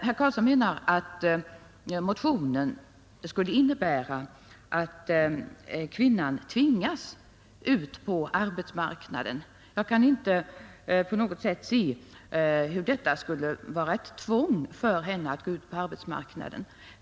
Herr Carlsson menar att motionen skulle innebära att kvinnan kan tvingas ut på arbetsmarknaden. Jag kan inte se att det på något sätt skulle vara fråga om ett tvång för henne.